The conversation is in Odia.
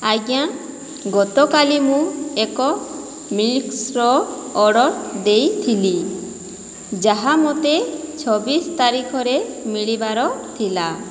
ଆଜ୍ଞା ଗତକାଲି ମୁଁ ଏକ ମିଲ୍ସର ଅର୍ଡ଼ର ଦେଇଥିଲି ଯାହା ମତେ ଛବିଶ ତାରିଖରେ ମିଳିବାର ଥିଲା